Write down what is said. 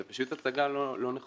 זה פשוט הצגה לא נכונה.